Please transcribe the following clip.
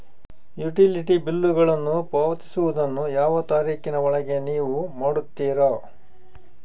Utility ಬಿಲ್ಲುಗಳನ್ನು ಪಾವತಿಸುವದನ್ನು ಯಾವ ತಾರೇಖಿನ ಒಳಗೆ ನೇವು ಮಾಡುತ್ತೇರಾ?